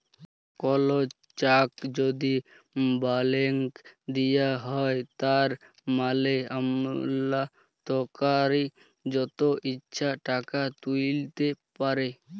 call cheque যদি balance দিঁয়া হ্যয় তার মালে আমালতকারি যত ইছা টাকা তুইলতে পারে